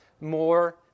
more